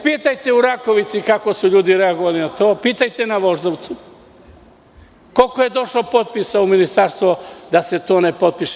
Pitajte u Rakovici kako su ljudi reagovali na to, pitajte u Voždovcu, koliko je došlo potpisa u Ministarstvo da se to ne potpiše.